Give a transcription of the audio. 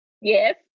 yes